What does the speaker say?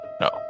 No